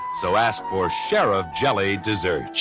so ask for shirriff jelly dessert